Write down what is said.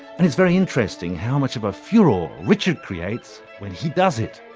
and it's very interesting how much of a furore richard creates when he does it.